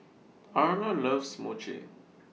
Arla loves Mochi